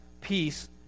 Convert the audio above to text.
peace